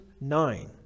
nine